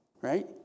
Right